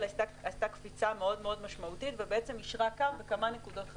עשתה קפיצה מאוד משמעותית ובעצם יישרה קו בכמה נקודות חשובות: